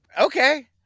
Okay